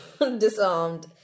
Disarmed